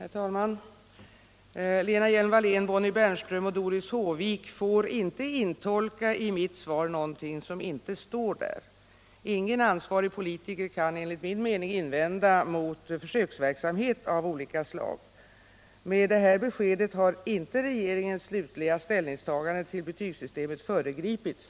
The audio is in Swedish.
Herr talman! Lena Hjelm-Wallén, Bonnie Bernström och Doris Håvik får inte i mitt svar intolka någonting som inte står där. Ingen ansvarig politiker kan enligt min mening invända mot försöksverksamhet av olika slag. Med det här beskedet har inte regeringens slutliga ställningstagande till betygssystemet föregripits.